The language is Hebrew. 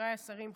חבריי השרים,